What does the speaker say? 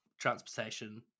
Transportation